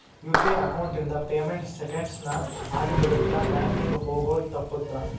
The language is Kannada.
ಯು.ಪಿ.ಐ ಅಕೌಂಟ್ ಇಂದ ಪೇಮೆಂಟ್ ಸೆಂಕೆಂಡ್ಸ್ ನ ಆಗಿಬಿಡತ್ತ ಬ್ಯಾಂಕಿಂಗ್ ಹೋಗೋದ್ ತಪ್ಪುತ್ತ